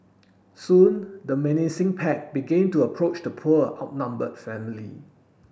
soon the menacing pack began to approach the poor outnumbered family